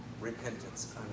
repentance